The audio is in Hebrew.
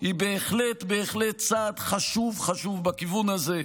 היא בהחלט בהחלט צעד חשוב-חשוב בכיוון הזה.